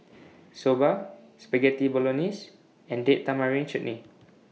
Soba Spaghetti Bolognese and Date Tamarind Chutney